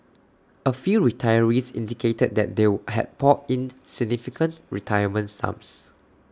A few retirees indicated that they would had poured in significant retirement sums